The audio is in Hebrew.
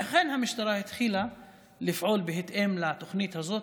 ואכן המשטרה התחילה לפעול בהתאם לתוכנית הזאת,